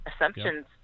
assumptions